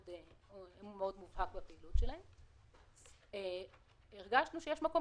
הוא מאוד מובהק בפעילות שלהן - הרגשנו שיש מקום